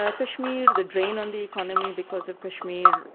ah kashmir, the drain on the economy because of kashmir,